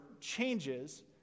changes